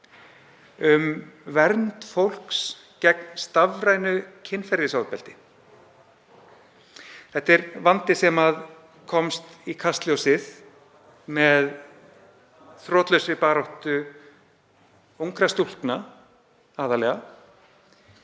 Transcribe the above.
um vernd fólks gegn stafrænu kynferðisofbeldi. Þetta er vandi sem komst í kastljósið með þrotlausri baráttu ungra stúlkna, aðallega,